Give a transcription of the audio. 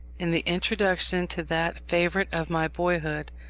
in the introduction to that favourite of my boyhood,